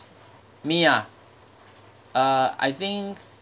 me ah uh I think